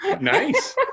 Nice